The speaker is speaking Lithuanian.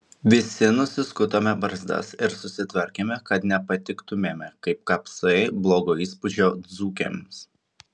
visi nusiskutome barzdas ir susitvarkėme kad nepatiktumėme kaip kapsai blogo įspūdžio dzūkėms